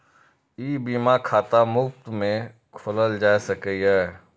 ई बीमा खाता मुफ्त मे खोलाएल जा सकैए